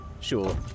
Sure